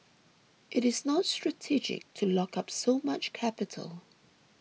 it is not strategic to lock up so much capital